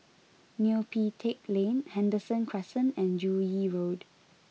Neo Pee Teck Lane Henderson Crescent and Joo Yee Road